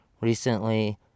recently